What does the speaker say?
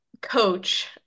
coach